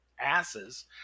asses